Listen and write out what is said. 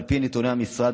על פי נתוני המשרד,